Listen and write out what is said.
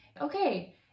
Okay